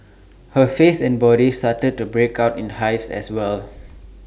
her face and body started to break out in hives as well